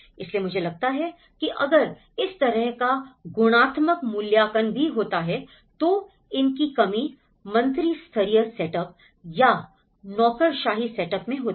इसलिए मुझे लगता है कि अगर इस तरह का गुणात्मक मूल्यांकन भी होता है तो इनकी कमी मंत्रिस्तरीय सेटअप या नौकरशाही सेटअप में होती है